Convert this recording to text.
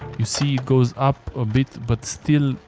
you see. it goes up a bit but still,